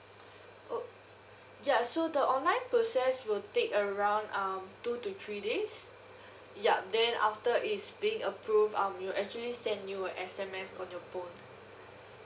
o~ ya so the online process will take around um two to three days yup then after it's being approve um we'll actually send you a S_M_S on your phone